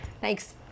Thanks